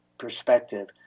perspective